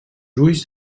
ulls